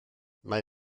mae